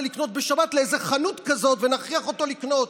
לקנות בשבת לאיזו חנות כזאת ונכריח אותו לקנות,